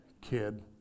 kid